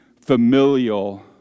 familial